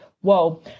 whoa